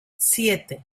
siete